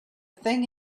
thing